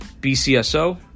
BCSO